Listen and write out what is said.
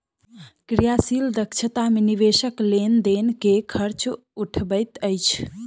क्रियाशील दक्षता मे निवेशक लेन देन के खर्च उठबैत अछि